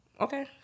okay